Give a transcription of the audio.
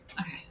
okay